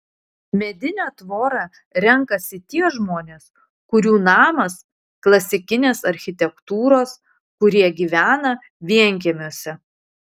medinę tvorą renkasi tie žmonės kurių namas klasikinės architektūros kurie gyvena vienkiemiuose